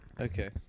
okay